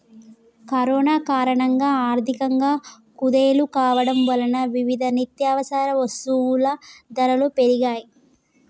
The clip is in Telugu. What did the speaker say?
కరోనా కారణంగా ఆర్థికంగా కుదేలు కావడం వలన వివిధ నిత్యవసర వస్తువుల ధరలు పెరిగాయ్